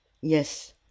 Yes